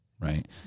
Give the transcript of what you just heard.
right